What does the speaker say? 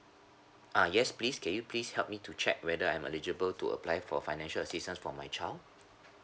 ah yes please can you please help me to check whether I'm eligible to apply for financial assistance for my child